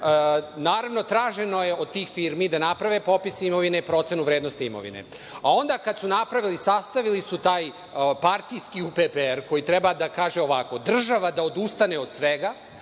Naravno, traženo je od tih firmi da naprave popis firmi, procenu vrednosti imovine, a onda kada su napravili, sastavili su taj partijski UPPR koji treba da kaže ovako – država da odustane od svega,